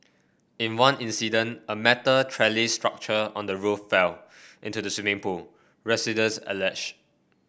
in one incident a metal trellis structure on the roof fell into the swimming pool residents alleged